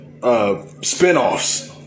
spinoffs